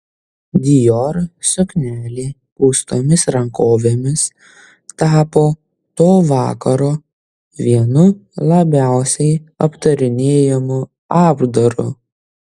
dior suknelė pūstomis rankovėmis tapo to vakaro vienu labiausiai aptarinėjamu apdaru